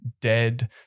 dead